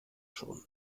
schon